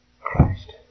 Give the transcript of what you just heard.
Christ